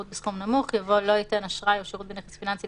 בסכום נמוך" יבוא "לא ייתן אשראי או שירות בנכס פיננסי,